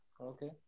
okay